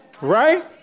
Right